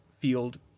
field